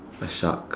a shark